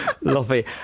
lovely